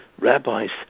rabbis